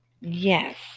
Yes